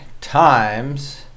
Times